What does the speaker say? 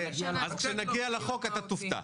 כשנגיע לחוק אתה תופתע.